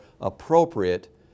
appropriate